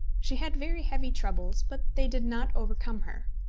she had very heavy troubles, but they did not overcome her.